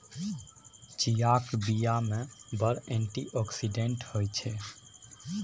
चीयाक बीया मे बड़ एंटी आक्सिडेंट होइ छै